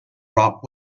rock